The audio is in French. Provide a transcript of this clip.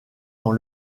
dans